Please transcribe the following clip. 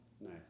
nice